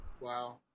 Wow